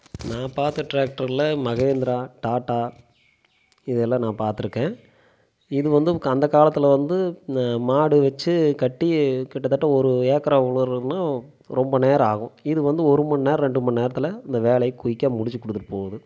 நான் பார்த்த டிராக்டர்ல மஹேந்திரா டாட்டா இதெல்லாம் நான் பார்த்துருக்கேன் இது வந்து அந்தக்காலத்தில் வந்து மாடு வச்சு கட்டி கிட்டத்தட்ட ஒரு ஏக்கரை உழுகிறோம்னா ரொம்ப நேரம் ஆகும் இது வந்து ஒரு மணிநேரம் ரெண்டு மணிநேரத்தில் இந்த வேலையை குயிக்காக முடிச்சு கொடுத்துட்டு போகுது